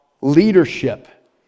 leadership